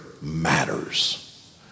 matters